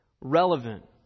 Relevant